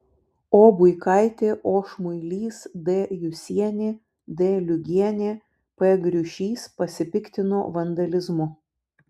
o buikaitė o šmuilys d jusienė d liugienė p griušys pasipiktino vandalizmu